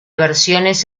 versiones